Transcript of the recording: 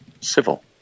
civil